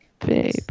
baby